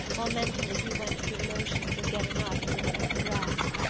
while mentally he went through the motions of getting up and beginning to dress.